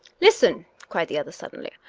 listen, cried the other suddenly,